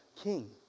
king